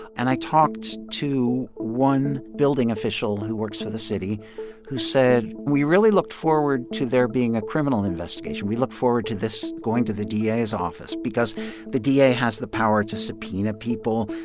and i talked to one building official who works for the city who said, we really looked forward to there being a criminal investigation. we looked forward to this going to the da's office because the da has the power to subpoena people,